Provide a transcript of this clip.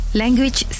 language